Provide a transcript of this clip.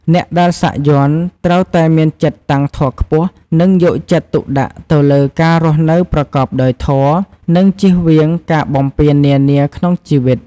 អ្នកដែលសាក់យ័ន្ត ត្រូវតែមានចិត្តតាំងធម៌ខ្ពស់ និងយកចិត្តទុកដាក់ទៅលើការរស់នៅប្រកបដោយ ធម៌ និងជៀសវាងការបំពាននានាក្នុងជីវិត។